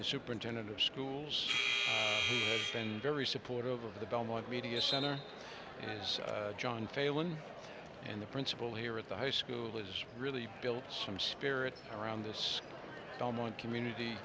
the superintendent of schools and very supportive of the belmont media center and john failon and the principal here at the high school has really built some spirits around this dome one community